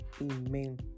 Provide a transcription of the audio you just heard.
Amen